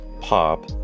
pop